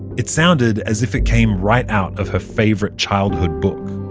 it sounded as if it came right out of her favorite childhood book.